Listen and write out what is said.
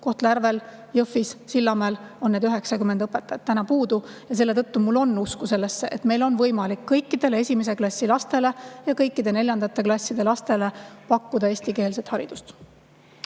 Kohtla-Järvel, Jõhvis ja Sillamäel on need 90 õpetajat täna puudu. Selle tõttu on mul usku sellesse, et meil on võimalik kõikidele esimese klassi lastele ja kõikidele neljandate klasside lastele pakkuda eestikeelset haridust.